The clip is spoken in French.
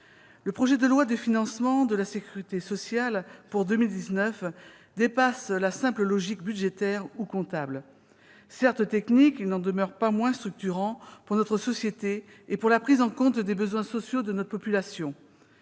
le projet de loi de financement de la sécurité sociale pour 2019 dépasse la simple logique budgétaire ou comptable : certes technique, il n'en demeure pas moins structurant pour notre société et pour la prise en compte des besoins sociaux de notre population.